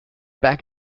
back